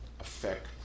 affect